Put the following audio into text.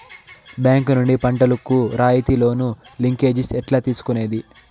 Bank నుండి పంటలు కు రాయితీ లోను, లింకేజస్ ఎట్లా తీసుకొనేది?